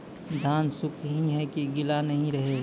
धान सुख ही है की गीला नहीं रहे?